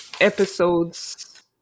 episodes